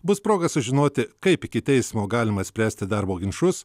bus proga sužinoti kaip iki teismo galima spręsti darbo ginčus